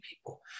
people